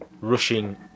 rushing